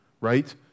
right